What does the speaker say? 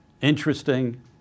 interesting